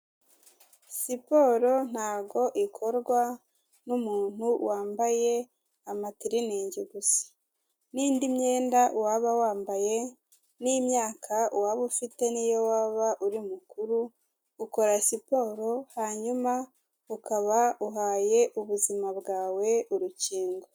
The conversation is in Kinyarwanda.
Siporo ntago ikorwa n'umuntu wambaye amatiriningi gusa, n'indi myenda waba wambaye n'imyaka waba ufite niyo waba uri mukuru ukora siporo hanyuma ukaba uhaye ubuzima bwawe urukingo.